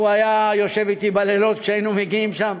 והוא היה יושב אתי בלילות כשהיינו מגיעים שם,